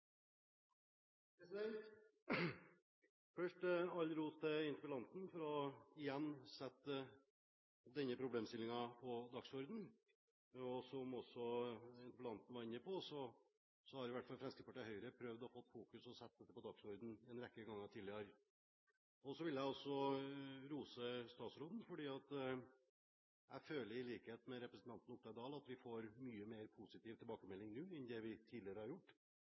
Først all ros til interpellanten for igjen å sette denne problemstillingen på dagsordenen. Som også interpellanten var inne på, har i hvert fall Fremskrittspartiet og Høyre prøvd å fokusere på og sette dette på dagsordenene en rekke ganger tidligere. Jeg vil også rose statsråden, for jeg føler, i likhet med representanten Oktay Dahl, at vi får mye mer positiv tilbakemelding nå enn vi har gjort